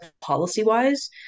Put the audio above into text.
policy-wise